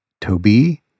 Toby